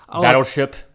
Battleship